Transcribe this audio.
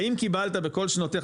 האם קיבלת בכל שנותיך,